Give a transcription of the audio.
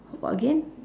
again